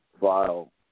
file